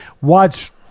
Watch